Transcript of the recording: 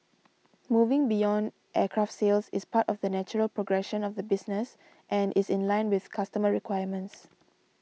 moving beyond aircraft sales is part of the natural progression of the business and is in line with customer requirements